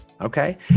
okay